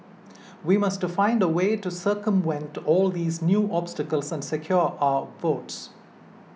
we must find a way to circumvent all these new obstacles since secure our votes